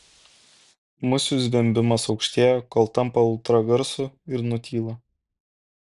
musių zvimbimas aukštėja kol tampa ultragarsu ir nutyla